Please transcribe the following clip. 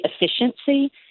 efficiency